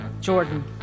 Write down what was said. Jordan